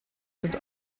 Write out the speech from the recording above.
sind